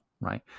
right